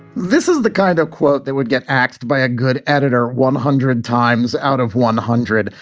this is the kind of quote that would get axed by a good editor one hundred times out of one hundred.